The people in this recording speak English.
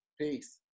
Peace